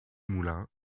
moulin